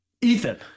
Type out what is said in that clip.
Ethan